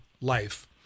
life